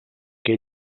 que